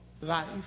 life